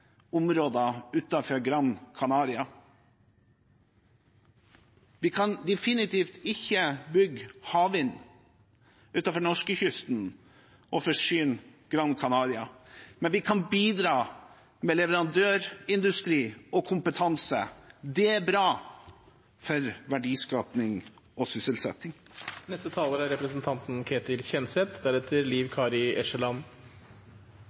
områder utenfor Gran Canaria. Vi kan definitivt ikke bygge havvind utenfor norskekysten og forsyne Gran Canaria, men vi kan bidra med leverandørindustri og kompetanse. Det er bra for verdiskaping og